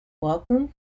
Welcome